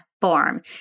form